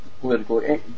political